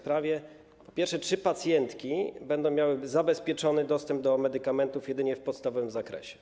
Po pierwsze, czy pacjentki będą miały zabezpieczony dostęp do medykamentów jedynie w podstawowym zakresie?